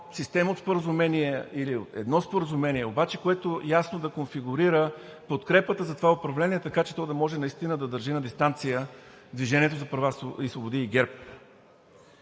система от споразумения или едно споразумение, което обаче ясно да конфигурира подкрепата за това управление, така че то наистина да може да държи на дистанция „Движението за права и свободи“ и ГЕРБ.